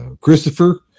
Christopher